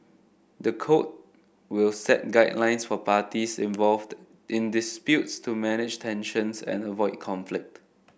the code will set guidelines for parties involved in disputes to manage tensions and avoid conflict